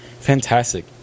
Fantastic